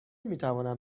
میتوانم